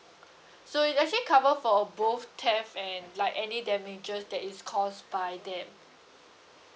so it actually cover for both theft and like any damages that is caused by that